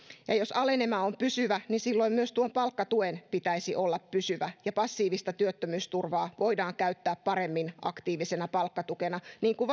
ja jos alenema on pysyvä niin silloin myös tuon palkkatuen pitäisi olla pysyvä passiivista työttömyysturvaa voidaan käyttää paremmin aktiivisena palkkatukena niin kuin